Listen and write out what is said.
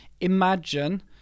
Imagine